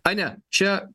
ai ne čia